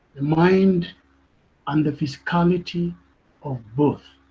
the mind and the physicality of both.